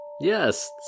Yes